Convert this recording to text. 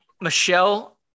Michelle